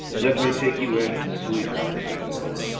let me take you in, sweetheart, said mortimer.